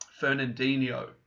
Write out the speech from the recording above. Fernandinho